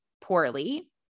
poorly